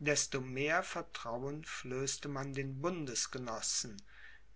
desto mehr vertrauen flößte man den bundesgenossen